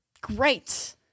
great